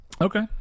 Okay